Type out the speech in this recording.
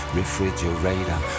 refrigerator